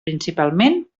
principalment